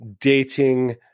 dating